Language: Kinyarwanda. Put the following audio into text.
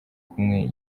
kumwe